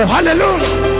Hallelujah